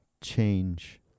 change